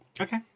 Okay